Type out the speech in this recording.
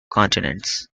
continents